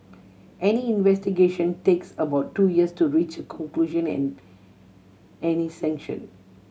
any investigation takes about two years to reach a conclusion and any sanction